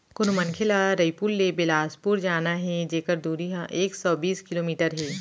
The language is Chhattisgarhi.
कोनो मनखे ल रइपुर ले बेलासपुर जाना हे जेकर दूरी ह एक सौ बीस किलोमीटर हे